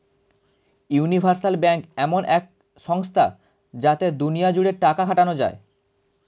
universal bank এমন এক সংস্থা যাতে দুনিয়া জুড়ে টাকা খাটানো যায়